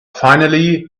finally